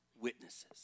Witnesses